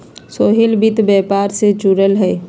सोहेल वित्त व्यापार से जुरल हए